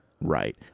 right